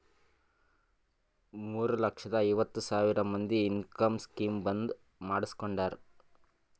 ಮೂರ ಲಕ್ಷದ ಐವತ್ ಸಾವಿರ ಮಂದಿ ಇನ್ಕಮ್ ಸ್ಕೀಮ್ ಬಂದ್ ಮಾಡುಸ್ಕೊಂಡಾರ್